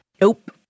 Nope